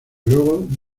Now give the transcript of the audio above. luego